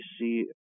see